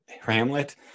Hamlet